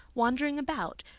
wandering about,